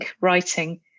writing